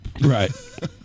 Right